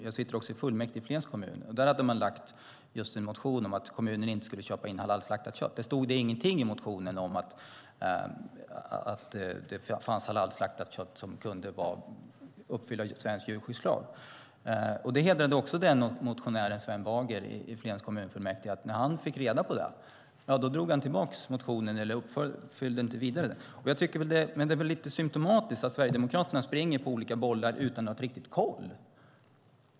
Jag sitter också i fullmäktige i Flens kommun, och där hade Sverigedemokraterna väckt en motion om att kommunen inte skulle köpa in halalslaktat kött. Det stod ingenting i motionen om att det fanns halalslaktat kött som kunde uppfylla svensk djurskyddslag. Det hedrade den aktuella motionären, Sven Bager i Flens kommunfullmäktige, att när han fick reda på det drog han tillbaka motionen eller följde inte upp den. Det är väl lite symtomatiskt att Sverigedemokraterna springer på olika bollar utan att riktigt ha koll.